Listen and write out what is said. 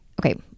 okay